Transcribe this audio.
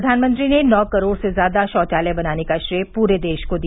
प्रधानमंत्री ने नौ करोड़ से ज्यादा शौचालय बनाने का श्रेय पूरे देश को दिया